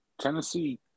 Tennessee